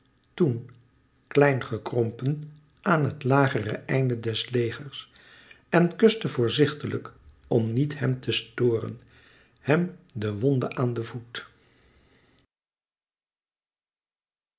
toen klein gekrompen aan het lagere einde des legers en kuste voorzichtiglijk om niet hem te storen hem de wonde aan den voet